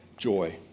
joy